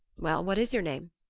well, what is your name?